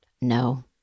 no